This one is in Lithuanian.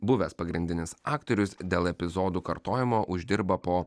buvęs pagrindinis aktorius dėl epizodų kartojimo uždirba po